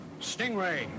Stingray